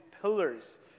pillars